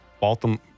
Baltimore